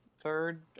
third